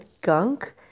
gunk